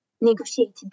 negotiated